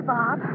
Bob